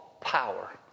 power